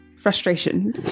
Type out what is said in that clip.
frustration